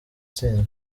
tsinda